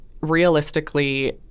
realistically